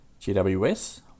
GWS